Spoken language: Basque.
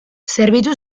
zerbitzu